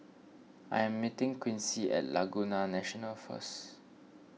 I am meeting Quincy at Laguna National first